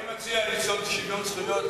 אני מציע שוויון זכויות,